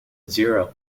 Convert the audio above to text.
zero